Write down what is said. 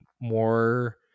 more